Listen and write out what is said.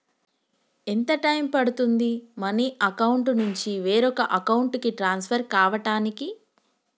ఎంత టైం పడుతుంది money account నుంచి వేరే అకౌంట్ కి ట్రాన్స్ఫర్ కావటానికి?